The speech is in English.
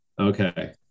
okay